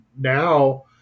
now